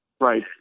Right